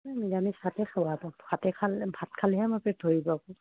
নিৰামিষ ভাতে খোৱাাটো ভাতে খালে ভাত খালেহে মোৰ পেট ভৰিব